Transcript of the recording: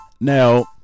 Now